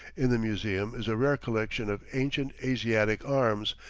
in the museum is a rare collection of ancient asiatic arms,